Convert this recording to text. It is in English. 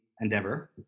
endeavor